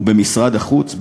ובמשרד החוץ,